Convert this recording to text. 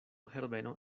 herbeno